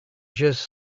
just